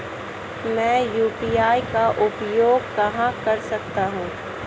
मैं यू.पी.आई का उपयोग कहां कर सकता हूं?